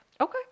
Okay